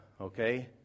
okay